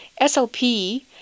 SLP